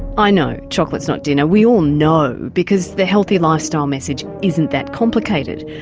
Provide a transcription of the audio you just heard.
i know chocolate is not dinner, we all know because the healthy lifestyle message isn't that complicated.